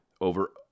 over